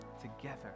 together